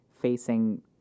facing